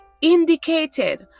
indicated